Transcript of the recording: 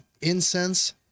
incense